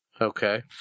Okay